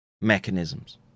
mechanisms